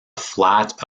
flat